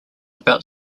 about